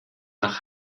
nach